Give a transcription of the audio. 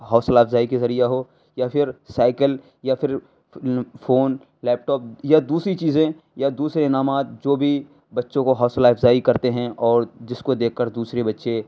حوصلہ افزائی کے ذریعہ ہو یا پھر سائیکل یا پھر فون لیپ ٹاپ یا دوسری چیزیں یا دوسرے انعامات جو بھی بچّوں کو حوصلہ افزائی کرتے ہیں اور جس کو دیکھ کر دوسرے بچّے